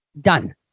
Done